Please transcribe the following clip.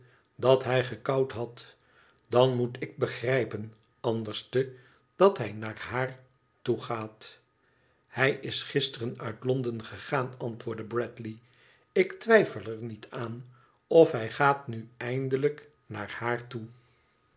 dat hij gekauwd had idan moet ik begrijpen anderste dat hij naar haar toegaat hij is gisteren uit londen gegaan antwoordde bradley ik twijfel er niet aan of hij gaat nu eindelijk naar haar toe